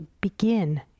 begin